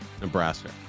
nebraska